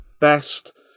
best